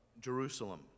Jerusalem